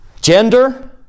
Gender